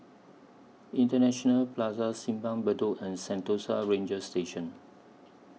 International Plaza Simpang Bedok and Sentosa Ranger Station